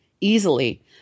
easily